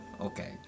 Okay